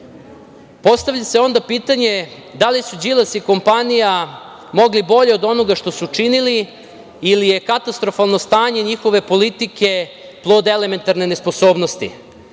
priliku. Postavlja se pitanje, da li su Đilas i kompanija mogli bolje od onoga što su učinili ili je katastrofalno stanje njihove politike plod elementarne nesposobnosti?